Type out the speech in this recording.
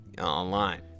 online